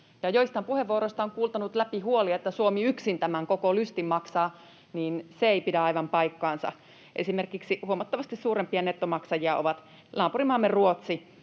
joistain puheenvuoroista kuultanut läpi huoli, että Suomi yksin tämän koko lystin maksaa, niin se ei pidä aivan paikkaansa. Esimerkiksi huomattavasti suurempia nettomaksajia ovat naapurimaamme Ruotsi